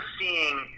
seeing